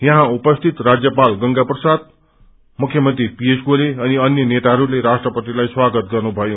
यहाँ उपस्थित राज्यपाल गंगा प्रसाद मुख्यमन्त्री पीएस गोले अनि अन्य नेताहरूले राष्ट्रपतिलाई स्वागत गर्नुभयो